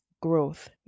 growth